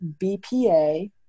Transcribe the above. BPA